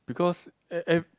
because ev~ ev~